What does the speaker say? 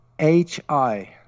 H-I